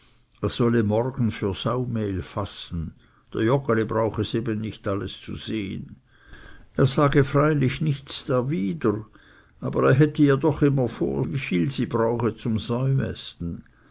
er solle morgen für saumehl fassen dr joggeli brauch eben nicht alles zu sehen er sage freilich nichts darwider aber er hätte ihr doch immer vor wie viel sie brauche zum